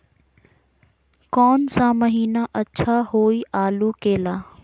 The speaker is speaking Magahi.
कौन सा महीना अच्छा होइ आलू के ला?